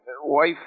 wife